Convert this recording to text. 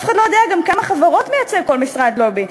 אף אחד לא יודע גם כמה חברות כל משרד לובי מייצג.